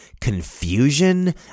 confusion